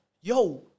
yo